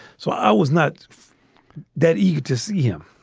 so i was not that eager to see him,